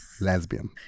Lesbian